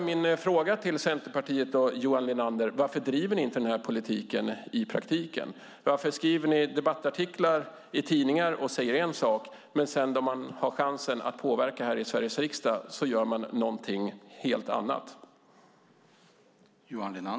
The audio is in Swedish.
Min fråga till Centerpartiet och Johan Linander är: varför driver ni inte denna politik i praktiken? Varför skriver ni debattartiklar där ni säger en sak, men när ni har chansen att påverka i Sveriges riksdag gör ni något helt annat?